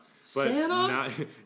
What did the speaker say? Santa